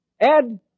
Ed